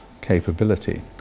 capability